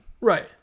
Right